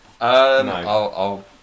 No